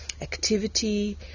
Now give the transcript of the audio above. activity